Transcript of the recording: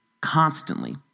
constantly